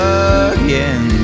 again